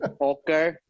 Okay